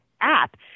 app